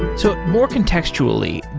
so more contextually,